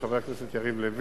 של חבר הכנסת יריב לוין,